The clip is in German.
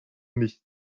nichts